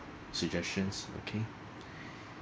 suggestions okay